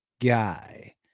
guy